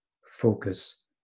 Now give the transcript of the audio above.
focus